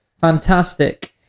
Fantastic